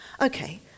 Okay